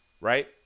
Right